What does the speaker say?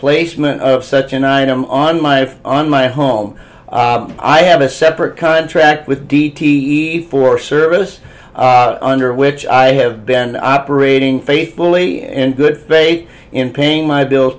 placement of such an item on my on my home i have a separate contract with d t e for service under which i have been operating faithfully in good faith in paying my bills